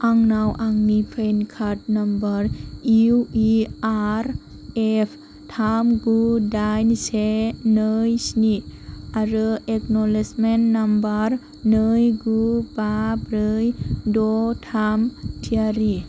आंनाव आंनि PAN card number इउइआरएफ थाम गु दाइन से नै स्नि आरो एक्न'लेजमेन्ट नाम्बार नै गु बा ब्रै द' थाम थियारि